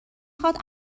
خواد